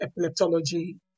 epileptology